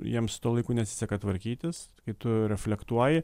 jiems su tuo laiku nesiseka tvarkytis kai tu reflektuoji